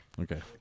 Okay